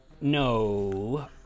No